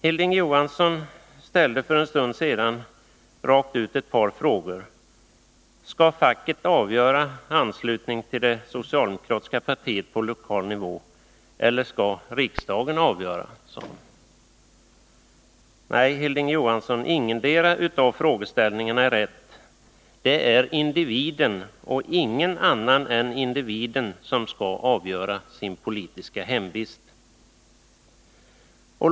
Hilding Johansson ställde för en stund sedan ett par frågor: Skall facket avgöra anslutning till det socialdemokratiska partiet på lokal nivå? Eller skall riksdagen avgöra? Nej, Hilding Johansson, ingendera av frågeställningarna är rätt. Det är individen som skall avgöra sin politiska hemvist — och ingen annan än individen.